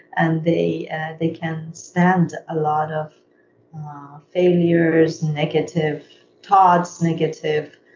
and they they can stand a lot of failures negative talks, negative